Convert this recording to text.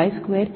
y L20